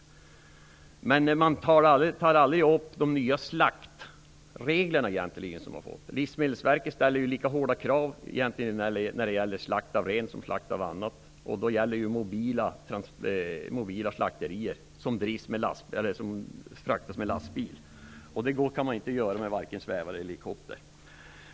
Men man tar egentligen aldrig upp de nya slaktreglerna. Livsmedelsverket ställer ju lika hårda krav när det gäller slakt av ren som när det gäller slakt av annat. Då gäller ju mobila slakterier, som fraktas med lastbil; det kan man inte göra med vare sig svävare eller helikopter.